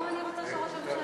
לא, אני רוצה שראש הממשלה